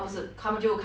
work from home